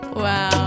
Wow